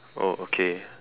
oh okay